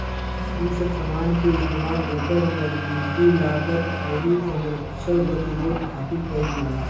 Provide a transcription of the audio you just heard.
ए सब समान के इस्तमाल एकर मजबूती, लागत, आउर संरक्षण प्रतिरोध खातिर कईल जाला